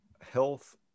Health